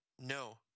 No